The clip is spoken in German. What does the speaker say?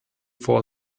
vor